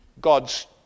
God's